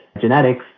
genetics